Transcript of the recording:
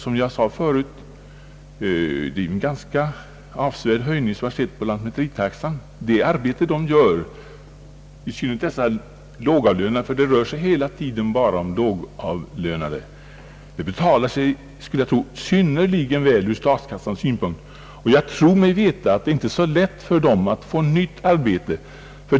Som jag sade förut har lantmäteritaxan höjts ganska avsevärt, och jag skulle tro att det arbete dessa lågavlönade gör — det rör sig hela tiden bara om lågavlönade — betalar sig synnerligen väl ur statskassans synpunkt. Det är inte lätt för dem att få nytt arbete.